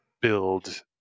build